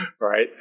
Right